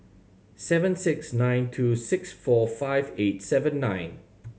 seven six nine two six four five eight seven nine